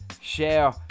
Share